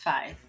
Five